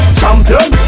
champion